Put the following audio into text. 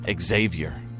Xavier